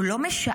הוא לא משער,